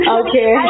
okay